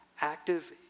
active